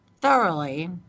thoroughly